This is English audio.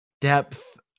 depth